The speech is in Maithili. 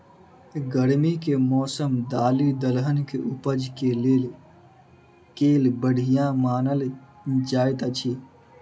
गर्मी केँ मौसम दालि दलहन केँ उपज केँ लेल केल बढ़िया मानल जाइत अछि?